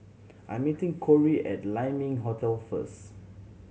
I'm meeting Korey at Lai Ming Hotel first